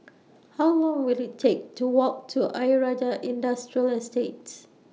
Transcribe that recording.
How Long Will IT Take to Walk to Ayer Rajah Industrial Estates